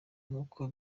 nkuko